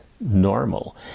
normal